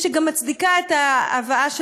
ושגם מצדיקה את ההבאה שלו,